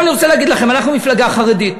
אני רוצה להגיד לכם, אנחנו מפלגה חרדית,